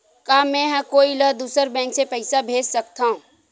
का मेंहा कोई ला दूसर बैंक से पैसा भेज सकथव?